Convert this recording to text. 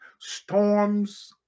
Storms